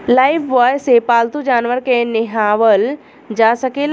Lifebuoy से पाल्तू जानवर के नेहावल जा सकेला